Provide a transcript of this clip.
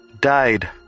died